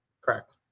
Correct